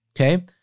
okay